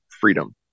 freedom